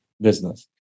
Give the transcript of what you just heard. business